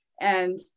And-